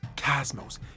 Cosmos